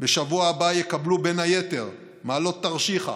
בשבוע הבא יקבלו בין היתר מעלות תרשיחא,